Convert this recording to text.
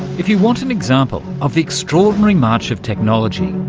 if you want an example of the extraordinary march of technology,